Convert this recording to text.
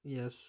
Yes